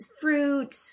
fruit